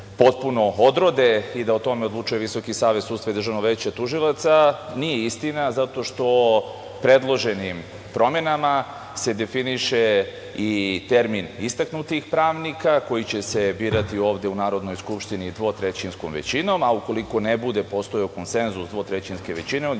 potpuno odrode i da o tome odlučuje Visoki savet sudstva i Državno veće tužilaca, nije istina zato što predloženim promenama se definiše i termin istaknutih pravnika koji će se birati ovde u Narodnoj skupštini dvotrećinskom većinom, a ukoliko ne bude postojao konsenzus dvotrećinske većine